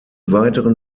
weiteren